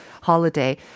holiday